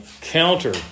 counter